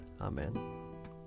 Amen